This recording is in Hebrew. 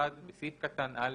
(1)בסעיף קטן (א),